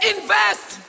Invest